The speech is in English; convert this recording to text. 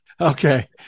Okay